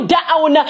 down